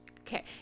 okay